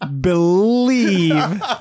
believe